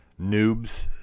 Noobs